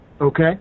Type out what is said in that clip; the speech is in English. okay